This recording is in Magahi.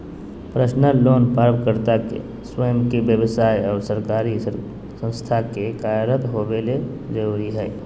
पर्सनल लोन प्राप्तकर्ता के स्वयं के व्यव्साय या सरकारी संस्था में कार्यरत होबे ला जरुरी हइ